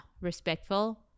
respectful